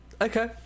Okay